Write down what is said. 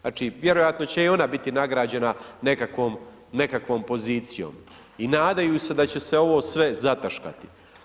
Znači vjerojatno će i ona biti nagrađena nekakvom pozicijom i nadaju se da će se ovo sve zataškati.